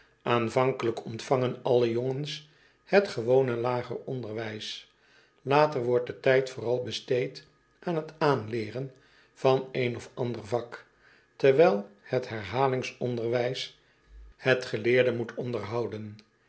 aanvankelijk ontvangen alle jongens het gewone lager onderwijs later wordt de tijd vooral besteed aan het aanleeren van een of ander vak terwijl het herhalingsonderwijs het geleerde moet onderjacobus